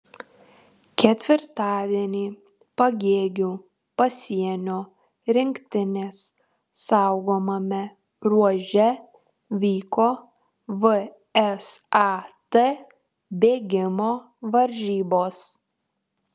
ketvirtadienį pagėgių pasienio rinktinės saugomame ruože vyko vsat bėgimo varžybos